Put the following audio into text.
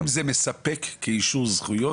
האם זה מספק כאישור זכויות,